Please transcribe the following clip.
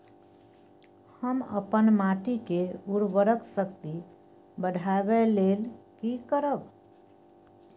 हम अपन माटी के उर्वरक शक्ति बढाबै लेल की करब?